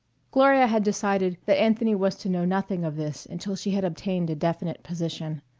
gloria had decided that anthony was to know nothing of this until she had obtained a definite position,